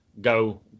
go